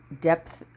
depth